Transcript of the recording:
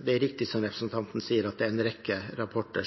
Det er riktig som representanten sier, at det er en rekke rapporter